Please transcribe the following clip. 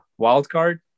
wildcard